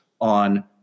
on